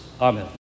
Amen